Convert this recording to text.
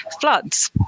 floods